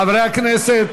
חברי הכנסת,